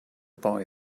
boy